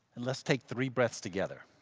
let's take three breaths together.